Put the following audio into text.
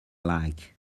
like